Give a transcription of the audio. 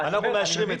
אני מבין את